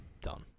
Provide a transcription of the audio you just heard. done